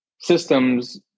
Systems